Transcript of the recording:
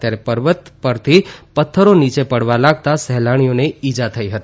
ત્યારે પર્વત પરથી પથ્થર નીચે પડવા લાગતા સહેલાણીઓને ઇજા થઇ હતી